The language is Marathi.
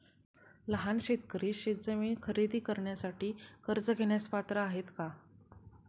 लहान शेतकरी शेतजमीन खरेदी करण्यासाठी कर्ज घेण्यास पात्र आहेत का?